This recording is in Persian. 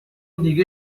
دیگه